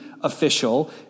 official